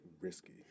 risky